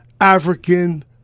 African